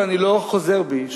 ואני לא חוזר בי,